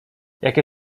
jakie